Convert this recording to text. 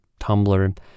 Tumblr